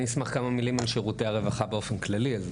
אני אשמח כמה מילים על שירותי הרווחה באופן כללי.